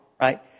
right